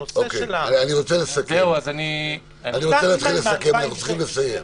אני רוצה להתחיל לסכם, אנחנו צריכים לסיים.